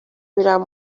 میرم